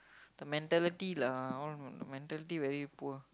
the mentality lah all mentality very poor